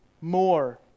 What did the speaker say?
more